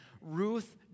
Ruth